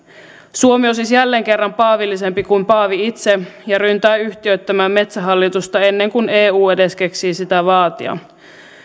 suomi on siis jälleen kerran paavillisempi kuin paavi itse ja ryntää yhtiöittämään metsähallitusta ennen kuin eu edes keksii sitä vaatia